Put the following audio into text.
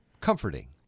comforting